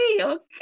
okay